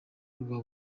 rwa